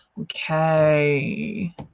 Okay